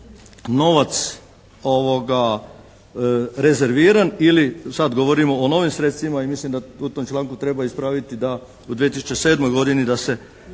novac rezerviran ili sad govorimo o novim sredstvima i mislim da u tom članku treba ispraviti da u 2007. godini da se